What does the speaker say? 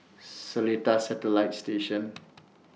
Seletar Satellite Station